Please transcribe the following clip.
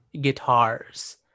guitars